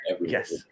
Yes